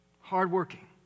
hard-working